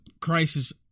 crisis